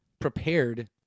prepared